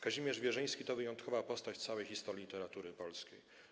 Kazimierz Wierzyński to wyjątkowa postać w całej historii literatury polskiej.